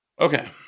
Okay